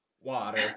water